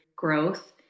Growth